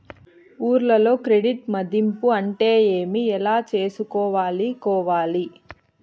ఊర్లలో క్రెడిట్ మధింపు అంటే ఏమి? ఎలా చేసుకోవాలి కోవాలి?